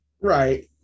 Right